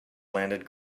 landed